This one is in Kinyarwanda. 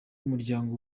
umuryango